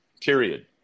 Period